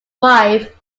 wife